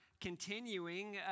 continuing